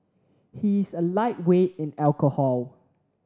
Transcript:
he is a lightweight in alcohol